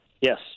Yes